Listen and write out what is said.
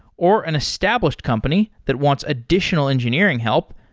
or an established company that wants additional engineering help,